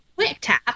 QuickTap